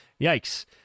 yikes